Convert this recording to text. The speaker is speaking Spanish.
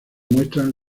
muestran